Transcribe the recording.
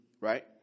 right